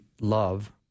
love